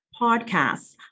podcasts